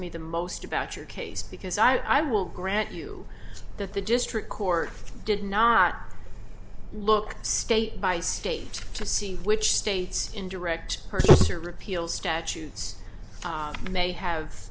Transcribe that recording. me the most about your case because i will grant you that the district court did not look state by state to see which states in direct purchase or repeal statutes may have